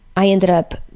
i ended up